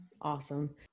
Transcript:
Awesome